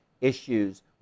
issues